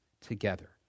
together